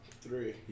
Three